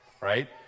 right